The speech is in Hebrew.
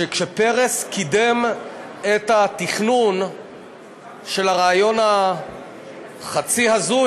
שכשפרס קידם את התכנון של הרעיון החצי-הזוי